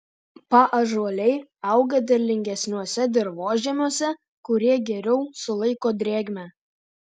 paąžuoliai auga derlingesniuose dirvožemiuose kurie geriau sulaiko drėgmę